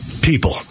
people